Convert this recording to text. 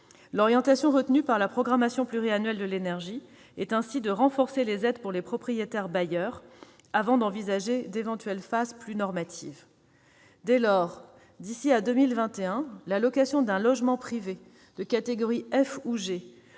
L'orientation retenue par la programmation pluriannuelle de l'énergie consiste à renforcer les aides pour les propriétaires bailleurs avant d'envisager d'éventuelles phases plus normatives. Dès lors, d'ici à 2021, la location d'un logement privé de catégorie F ou G